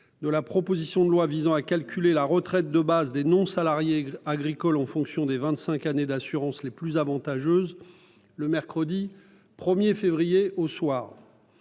de la proposition de loi visant à calculer la retraite de base des non-salariés agricoles en fonction des vingt-cinq années d'assurance les plus avantageuses le mercredi 1 février au soir.